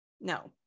no